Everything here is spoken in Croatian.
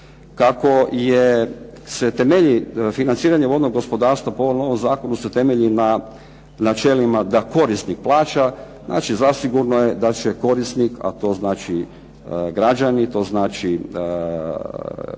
Kako se temelji financiranje vodnog gospodarstva po ovom novom zakonu se temelji na načelima da korisnik plaća. Znači, zasigurno je da će korisnik, a to znači građani, to znači privreda,